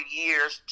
years